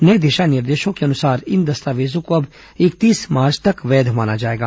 नए दिशा निर्देशों के अनुसार इन दस्तावेजों को अब इकतीस मार्च तक वैध माना जाएगा